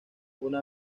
una